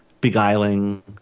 beguiling